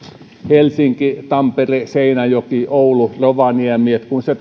helsinki tampere seinäjoki oulu rovaniemi kun se